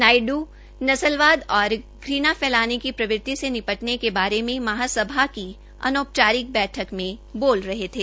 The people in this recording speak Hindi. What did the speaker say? नायड्र नस्लवाद और घृणा फैलाने की प्रवृति से निपटने के बारे में महासभा की अनौपचारिक बैठक में बोल रहे थे